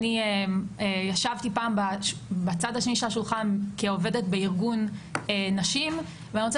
ישבתי פעם בצד השני של השולחן כעובדת בארגון נשים ואני רוצה